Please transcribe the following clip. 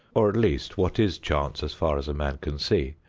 or at least what is chance as far as a man can see,